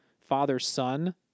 father-son